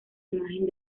imagen